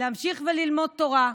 להמשיך ללמוד תורה,